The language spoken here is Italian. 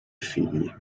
figli